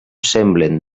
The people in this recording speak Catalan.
semblen